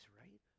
right